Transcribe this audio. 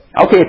Okay